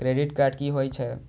Credit card की होई छै?